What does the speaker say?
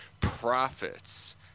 profits